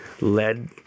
led